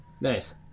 Nice